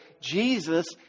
Jesus